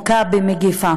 כבר מוכה במגפה,